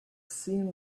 seen